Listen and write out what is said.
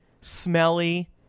smelly